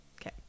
Okay